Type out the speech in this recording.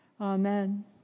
Amen